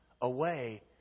away